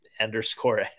underscore